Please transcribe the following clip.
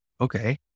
Okay